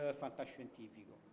fantascientifico